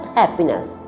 happiness